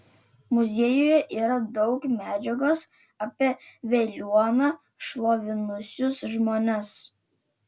muziejuje yra daug medžiagos apie veliuoną šlovinusius žmones